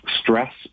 stress